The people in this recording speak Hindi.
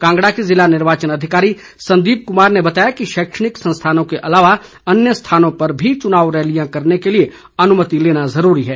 कांगड़ा के जिला निर्वाचन अधिकारी संदीप कुमार ने बताया है कि शैक्षणिक संस्थानों के अलावा अन्य स्थानों पर भी चुनावी रैलियों के लिए अनुमति लेना जरूरी है